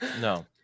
no